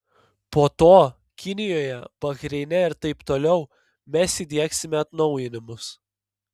po to kinijoje bahreine ir taip toliau mes įdiegsime atnaujinimus